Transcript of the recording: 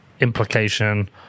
implication